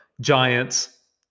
giants